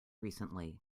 recently